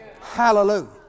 Hallelujah